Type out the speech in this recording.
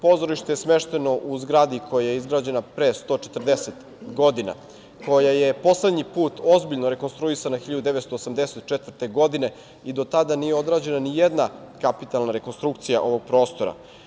Pozorište je smešteno u zgradi koja je izgrađena pre 140 godina, koja je poslednji put ozbiljno rekonstruisana 1984. godine i do tada nije odrađena nijedna kapitalna rekonstrukcija ovog prostora.